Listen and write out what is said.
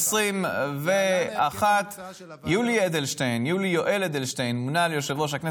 להלן ההרכב המוצע של הוועדה המסדרת: הוועדה המסדרת תמנה 25 חברי